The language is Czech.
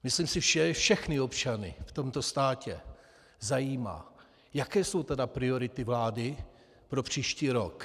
Myslím si, že všechny občany v tomto státě zajímá, jaké jsou tedy priority vlády pro příští rok.